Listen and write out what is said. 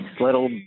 little